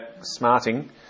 smarting